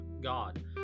God